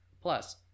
Plus